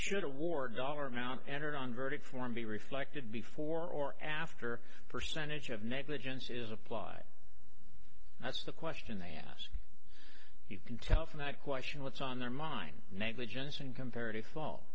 should award dollar amount entered on verdict form be reflected before or after a percentage of negligence is applied that's the question i ask he can tell from that question what's on their mind negligence and comparative phone